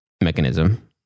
mechanism